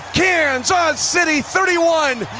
kansas city thirty one,